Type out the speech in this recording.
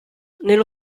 nello